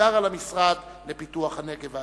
ובעיקר המשרד לפיתוח הנגב והגליל,